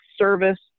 service